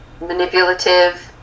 manipulative